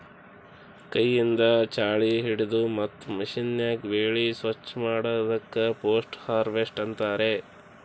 ಕೈಯಿಂದ್ ಛಾಳಿ ಹಿಡದು ಮತ್ತ್ ಮಷೀನ್ಯಾಗ ಬೆಳಿ ಸ್ವಚ್ ಮಾಡದಕ್ ಪೋಸ್ಟ್ ಹಾರ್ವೆಸ್ಟ್ ಅಂತಾರ್